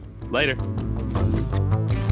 later